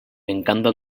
encanta